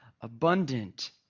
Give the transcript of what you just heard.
abundant